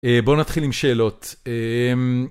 בואו נתחיל עם שאלות.